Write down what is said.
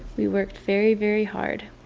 we worked very, very hard.